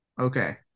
Okay